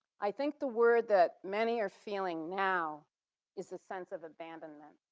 i think the word that many are feeling now is a sense of abandonment.